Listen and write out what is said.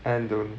and don't